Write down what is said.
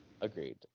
Agreed